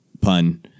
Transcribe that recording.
pun